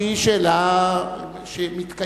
שהיא שאלה שמתקיימת,